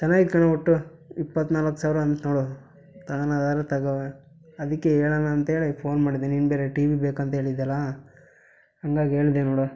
ಚೆನ್ನಾಗೈತ್ ಕಣೋ ಒಟ್ಟು ಇಪ್ಪತ್ತ ನಾಲ್ಕು ಸಾವಿರ ಅಂತ ನೋಡು ತಗನದಾರೆ ತಗೋ ಅದಕ್ಕೆ ಹೇಳಣ ಅಂತೇಳಿ ಫೋನ್ ಮಾಡಿದೆ ನೀನು ಬೇರೆ ಟಿ ವಿ ಬೇಕಂತ ಹೇಳಿದ್ದೆಯಲ್ಲ ಹಂಗಾಗಿ ಹೇಳಿದೆ ನೋಡೋ